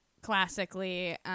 Classically